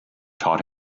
taught